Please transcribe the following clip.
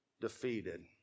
defeated